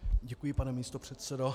Děkuji, pane místopředsedo.